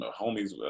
homies